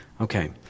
Okay